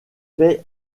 fais